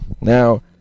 Now